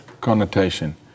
connotation